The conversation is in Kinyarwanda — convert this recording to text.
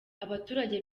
abaturage